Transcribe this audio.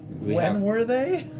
when were they?